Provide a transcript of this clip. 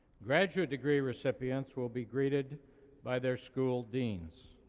graduate degree recipients will be greeted by their school deans.